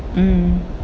mm